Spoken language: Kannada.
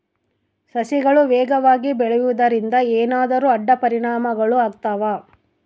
ಸಸಿಗಳು ವೇಗವಾಗಿ ಬೆಳೆಯುವದರಿಂದ ಏನಾದರೂ ಅಡ್ಡ ಪರಿಣಾಮಗಳು ಆಗ್ತವಾ?